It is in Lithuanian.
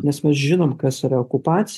nes mes žinom kas yra okupacija